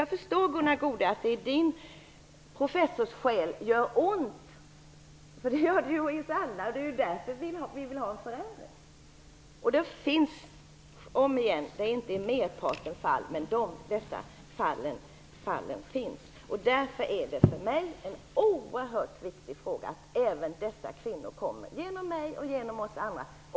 Jag förstod att det i Gunnar Goudes professorssjäl gör ont - det gör ju ont hos oss alla. Därför vill vi ha en förändring. Det är inte i merparten fall som sådant händer, men det händer. Därför är det för mig en oerhört viktig fråga att se till att även dessa kvinnor kommer till tals, genom mig och genom andra.